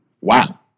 Wow